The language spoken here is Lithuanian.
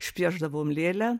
išpiešdavom lėlę